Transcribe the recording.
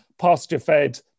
pasture-fed